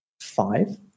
five